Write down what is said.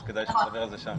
אז כדאי שנדבר על זה שם.